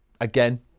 again